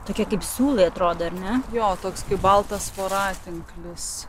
tokia kaip siūlai atrodo ne jo toks baltas voratinklis